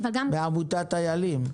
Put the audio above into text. מעמותת איילים.